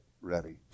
ready